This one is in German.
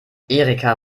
erika